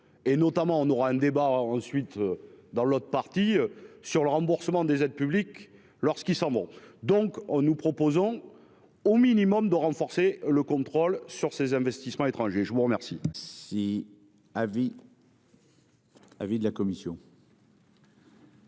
et notamment on aura un débat ensuite dans l'autre partie sur le remboursement des aides publiques lorsqu'ils s'en vont donc en nous proposant. Au minimum, de renforcer le contrôle sur ces investissements étrangers je vous emmerde.